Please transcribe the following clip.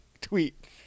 tweet